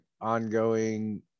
ongoing